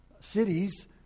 cities